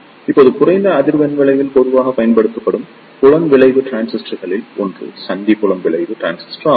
இப்போது குறைந்த அதிர்வெண்ணில் பொதுவாக பயன்படுத்தப்படும் புலம் விளைவு டிரான்சிஸ்டரில் ஒன்று சந்தி புலம் விளைவு டிரான்சிஸ்டர் ஆகும்